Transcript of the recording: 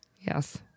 Yes